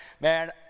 man